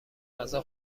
غذا